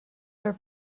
are